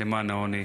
למען העוני.